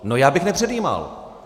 No já bych nepředjímal.